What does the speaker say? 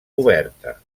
oberta